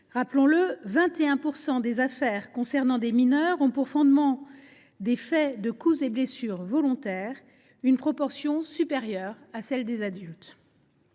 Rappelons le, 21 % des affaires concernant des mineurs ont pour fondement des faits de coups et blessures volontaires : cette proportion est plus élevée que pour les adultes